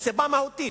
מסיבה מהותית.